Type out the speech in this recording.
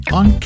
on